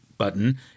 Button